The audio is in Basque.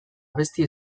abesti